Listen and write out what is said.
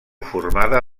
formada